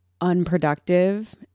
unproductive